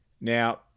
Now